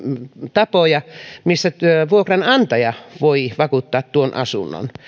tapoja missä vuokranantaja voi vakuuttaa tuon asunnon